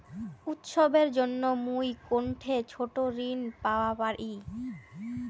উৎসবের জন্য মুই কোনঠে ছোট ঋণ পাওয়া পারি?